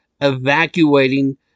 evacuating